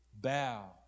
bow